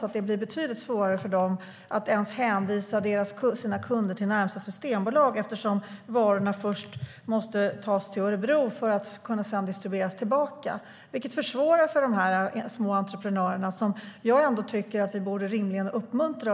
Det blir också betydligt svårare för dem att ens hänvisa sina kunder till närmaste systembolag eftersom varorna först måste tas till Örebro för att sedan distribueras tillbaka. Det försvårar för dessa små entreprenörer, som jag tycker att vi rimligen borde uppmuntra.